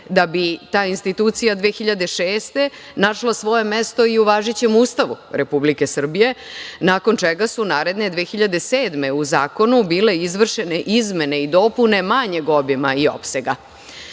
da bi ta institucija 2006. našla svoje mesto i u važećem Ustavu Republike Srbije, nakon čega su naredne 2007. u zakonu bile izvršene izmene i dopune manjeg obima i opsega.